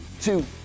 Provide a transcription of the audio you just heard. two